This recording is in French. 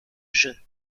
jeu